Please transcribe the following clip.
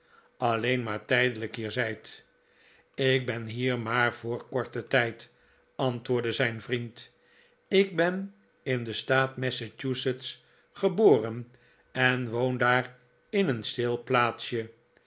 alleen maar tijdelijk hier zijt ik ben hier maar voor korten tijd antwoordde zijn vriend ik ben in den staat massachusetts geboren en woon daar in een stil plaatsje